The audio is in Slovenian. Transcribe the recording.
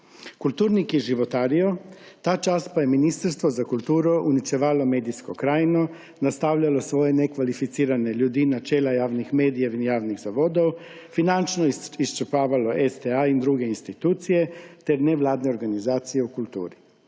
Kulturniki životarijo, ta čas pa je Ministrstvo za kulturo uničevalo medijsko krajino, nastavljajo svoje nekvalificirane ljudi na čela javnih medijev in javnih zavodov, finančno izčrpavalo STA in druge institucije ter nevladne organizacije v kulturi.